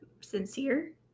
sincere